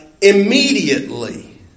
immediately